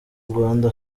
rwanda